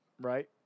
right